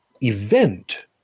event